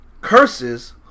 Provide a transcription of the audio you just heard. curses